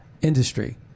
industry